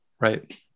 Right